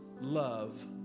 love